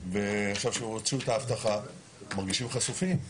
ועכשיו שהוציאו את האבטחה מרגישים חשופים.